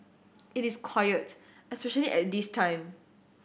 it is quiet especially at this time